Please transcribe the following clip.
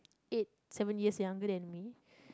eight seven years younger than me